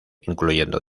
incluyendo